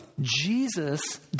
Jesus